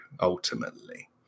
ultimately